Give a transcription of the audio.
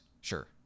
Sure